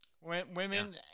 Women